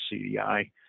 CDI